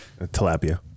tilapia